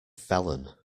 felon